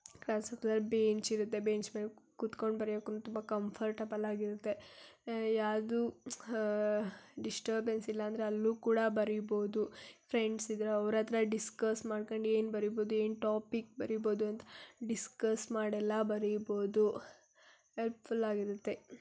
bench ಇರುತ್ತೆ bench ಮೇಲೆ ಕೂತ್ಕೊಂಡು ಬರಿಯೋಕ್ಕೆ ತುಂಬ ಕಂಫರ್ಟಬಲ್ ಆಗಿರುತ್ತೆ ಯಾರ್ದೂ ಡಿಸ್ಟರ್ಬೆನ್ಸ್ ಇಲ್ಲ ಅಂದರೆ ಅಲ್ಲೂ ಕೂಡ ಬರೀಬೋದು ಫ್ರೆಂಡ್ಸ್ ಇದ್ದರೆ ಅವ್ರ ಹತ್ತಿರ ಡಿಸ್ಕಸ್ ಮಾಡ್ಕಂಡು ಏನು ಬರೀಬೋದು ಏನು ಟಾಪಿಕ್ ಬರಿಬೋದು ಅಂತ ಡಿಸ್ಕಸ್ ಮಾಡೆಲ್ಲ ಬರೀಬೋದು ಎಲ್ಪ್ಫುಲ್ ಆಗಿರುತ್ತೆ